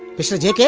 mr jk. yeah